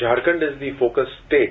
Jharkhand is the focus state